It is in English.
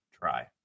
try